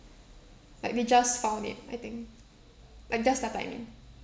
like they just found it I think like just the timing